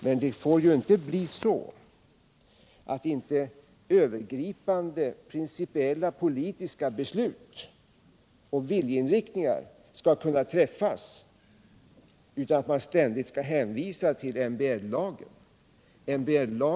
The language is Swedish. Men det får inte bli så att övergripande, principiella politiska beslut inte kan fattas utan att man ständigt hänvisar till medbestämmandelagen.